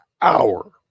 hour